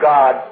God